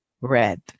red